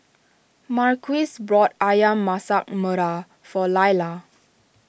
Marquise bought Ayam Masak Merah for Lailah